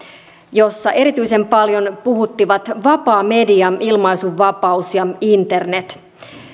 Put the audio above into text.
jossa erityisen paljon puhuttivat vapaa media ilmaisun vapaus ja internet